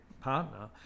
partner